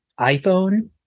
iPhone